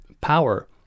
power